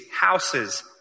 houses